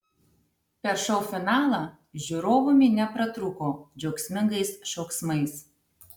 per šou finalą žiūrovų minia pratrūko džiaugsmingais šauksmais